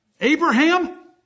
Abraham